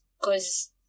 cause